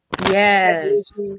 yes